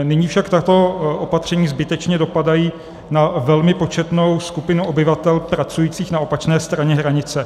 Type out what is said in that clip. Nyní však tato opatření zbytečně dopadají na velmi početnou skupinu obyvatel pracujících na opačné straně hranice.